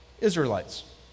Israelites